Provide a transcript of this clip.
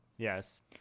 Yes